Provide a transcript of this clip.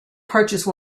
purchase